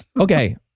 Okay